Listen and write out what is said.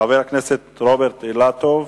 חבר הכנסת רוברט אילטוב,